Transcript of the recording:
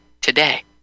today